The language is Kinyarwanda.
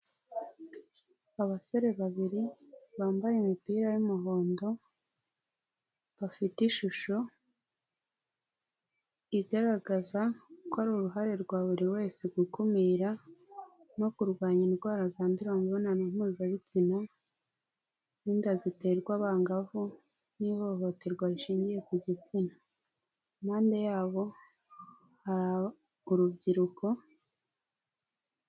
Abasore babiri bambaye imipira y'umuhondo, bafite ishusho igaragaza ko ari uruhare rwa buri wese gukumira no kurwanya indwara zandurira mu mibonano mpuzabitsina, n'inda ziterwa abangavu, n'ihohoterwa rishingiye ku gitsina.